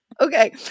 okay